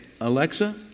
Alexa